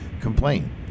complain